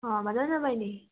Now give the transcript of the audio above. अँ भन न बहिनी